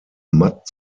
matt